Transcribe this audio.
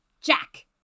Jack